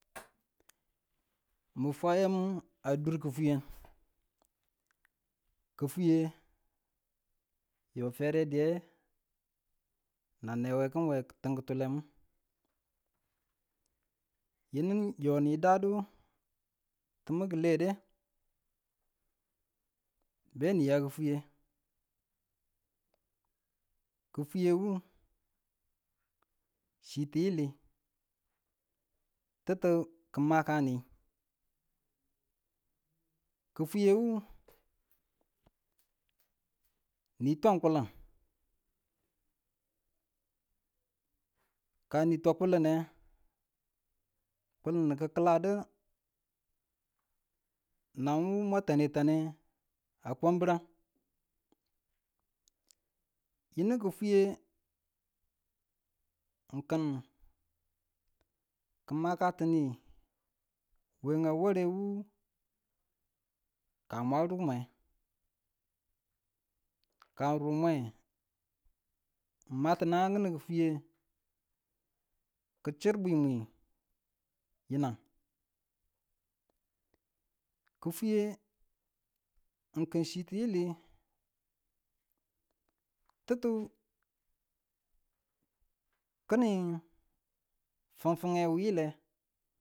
Mi fwa yamu a dur ki̱fwiye yo fere diye, nan ne we kin we tin kutulenu yinunu no nidadu tumu ki lede, be niya ki̱fwiye kifwiye wu chitiyili, tittu ki makani. Kifwiye wu ni twan kulin ka ni ta kulinye kulinu ki kiladu nan wu mwa tane tane we kwamburang yinu ki̱fwiye ng kin ki makatuni we ng ware wu ka mwa ru mwe, ka ng ru mwe ng ma ti nannag kiniin kifwiye ki chir bwimwi yiinang. Kifwiye ng kin chi tiyili tittu kini funfunwe we yile